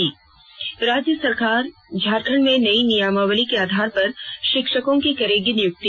न् राज्य सरकार झारखंड में नई नियमावली के आधार पर शिक्षकों की करेगी नियुक्ति